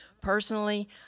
Personally